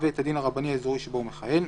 בית הדין הרבני האזורי שבו הוא מכהן,